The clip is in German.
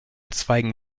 zweigen